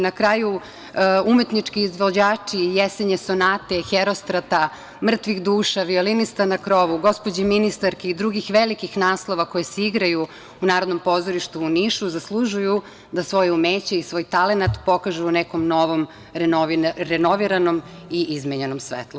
Na kraju, umetnički izvođači „Jesenje sonate“, „Herostata“, „Mrtvih duša“, „Violinista na krovu“, „Gospođe ministarke“ i drugih velikih naslova koji se igraju u Narodnom pozorištu u Nišu zaslužuju da svoje umeće i svoj talenat pokažu u nekom novom, renoviranom i izmenjenom svetlu.